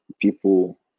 people